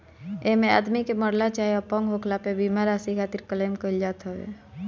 एमे आदमी के मरला चाहे अपंग होखला पे बीमा राशि खातिर क्लेम कईल जात हवे